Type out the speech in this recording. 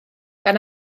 gan